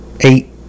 eight